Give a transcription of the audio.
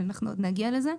אבל אנחנו עוד נגיע לזה.